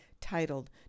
titled